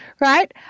right